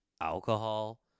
alcohol